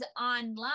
online